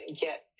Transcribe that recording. get